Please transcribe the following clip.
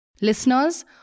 Listeners